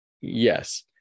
yes